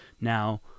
now